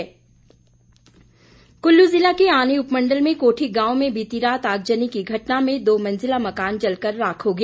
आग कुल्लू जिला के आनी उपमंडल में कोठी गांव में बीत रात आगजनी की घटना में दो मंजिला मकान जल कर राख हो गया